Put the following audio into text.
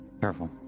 Careful